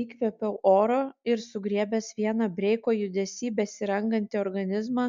įkvėpiau oro ir sugriebęs vieną breiko judesy besirangantį organizmą